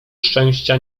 szczęścia